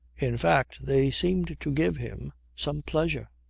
in fact they seemed to give him some pleasure.